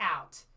out